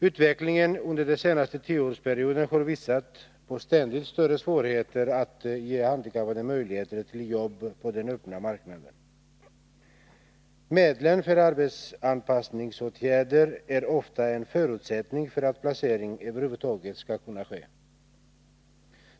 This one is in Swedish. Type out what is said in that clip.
Utvecklingen under den senaste tioårsperioden har visat på ständigt större svårigheter att ge handikappade möjlighet till jobb på den öppna marknaden. Medlen för arbetsanpassningsåtgärder är ofta en förutsättning för att placering över huvud taget skall kunna ske.